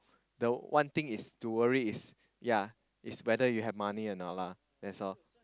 the one thing is to worry is ya is whether you have money a not lah that's all